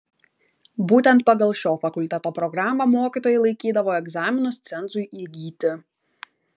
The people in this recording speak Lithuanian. būtent pagal šio fakulteto programą mokytojai laikydavo egzaminus cenzui įgyti